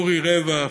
אורי רווח,